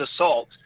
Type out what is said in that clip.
assault